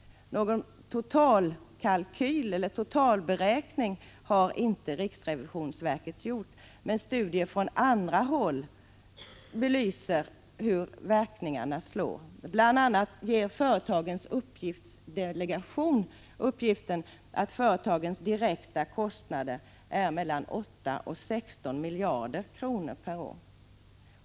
Någon totalberäkning har inte riksrevisionsverket gjort, men studier från andra håll belyser verkningarna. Företagens uppgiftsdelegation uppskattar t.ex. företagens direkta kostnader till mellan 8 och 16 miljarder kronor per år.